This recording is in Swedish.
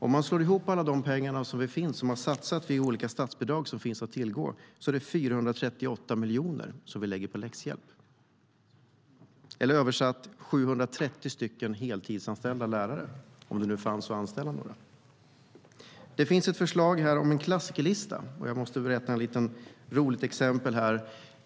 Om man slår ihop alla de pengar som har satsats via olika statsbidrag som finns att tillgå är det 438 miljoner vi lägger på läxhjälp. Översatt blir det 730 heltidsanställda lärare - om det nu fanns några att anställa. Det finns ett förslag om en klassikerlista. Jag måste berätta ett lite roligt exempel.